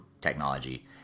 technology